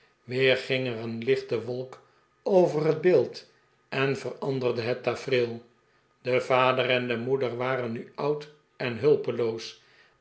weer ging er een lichte wolk over het beeld en veranderde het tafereel de vader en de moeder waren nu oud en hulpeloos